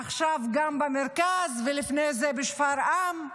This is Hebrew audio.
עכשיו גם במרכז ולפני זה בשפרעם.